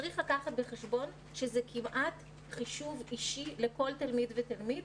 צריך לקחת בחשבון שזה כמעט חישוב אישי לכל תלמיד ותלמיד.